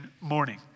morning